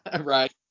Right